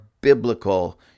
biblical